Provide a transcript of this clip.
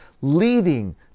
leading